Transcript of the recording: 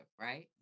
right